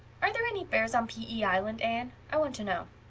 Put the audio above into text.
are there any bears on p e. island, anne? i want to know.